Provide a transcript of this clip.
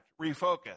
refocus